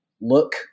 look